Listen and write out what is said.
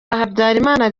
habyalimana